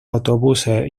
autobuses